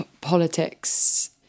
politics